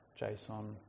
JSON